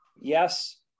Yes